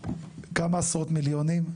כמה עשרות מיליונים?